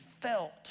felt